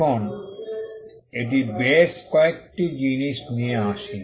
এখন এটি বেশ কয়েকটি জিনিস নিয়ে আসে